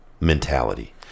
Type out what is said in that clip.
mentality